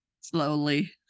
Slowly